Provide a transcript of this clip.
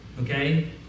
Okay